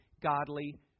godly